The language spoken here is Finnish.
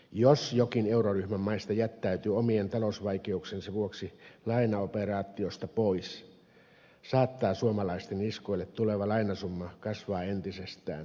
jos jokin euroryhmän maista jättäytyy omien talousvaikeuksiensa vuoksi lainaoperaatiosta pois saattaa suomalaisten niskoille tuleva lainasumma kasvaa entisestään